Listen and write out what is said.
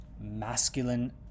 masculine